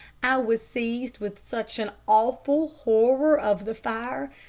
i was seized with such an awful horror of the fire,